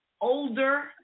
older